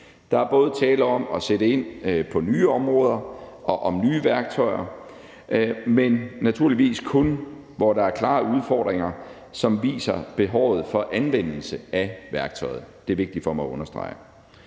Der er både tale om at sætte ind på nye områder og om nye værktøjer, men naturligvis kun, hvor der er klare udfordringer, som viser behovet for anvendelse af værktøjet. Det er vigtigt for mig at understrege